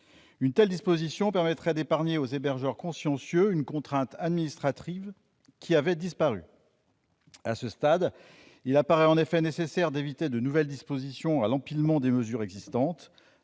Une telle disposition permettrait d'épargner aux hébergeurs consciencieux une contrainte administrative qui avait disparu. À ce stade, il apparaît en effet nécessaire d'éviter d'empiler de nouvelles dispositions sur les mesures existantes.